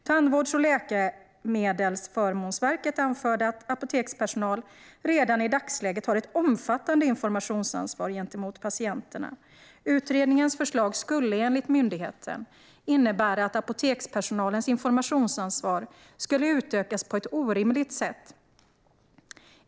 Tandvårds och läkemedelsförmånsverket anförde att apotekspersonal redan i dagsläget har ett omfattande informationsansvar gentemot patienterna. Utredningens förslag skulle, enligt myndigheten, innebära att apotekspersonalens informationsansvar skulle utökas på ett orimligt sätt.